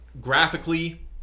Graphically